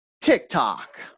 TikTok